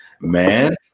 man